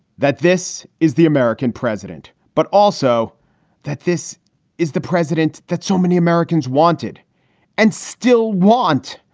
that this is the american president, but also that this is the president that so many americans wanted and still want.